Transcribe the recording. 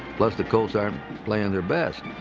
plus the colts aren't playing their best.